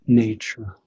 nature